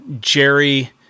Jerry